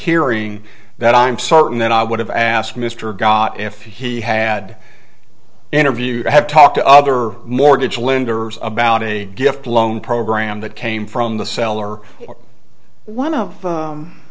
hearing that i'm certain that i would have asked mr got if he had interviewed have talked to other mortgage lenders about a gift loan program that came from the seller or one of